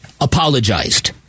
apologized